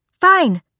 Fine